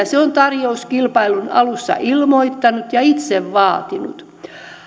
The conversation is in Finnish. se on tarjouskilpailun alussa ilmoittanut ja itse vaatinut